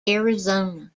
arizona